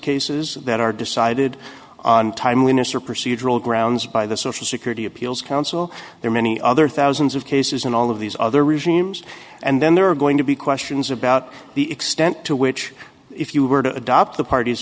cases that are decided on timeliness or procedural grounds by the social security appeals council there are many other thousands of cases in all of these other regimes and then there are going to be questions about the extent to which if you were to adopt